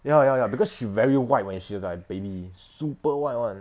ya ya ya because she very white when she like a baby super white [one]